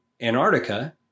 Antarctica